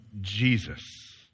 Jesus